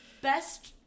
best